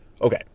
okay